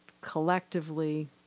collectively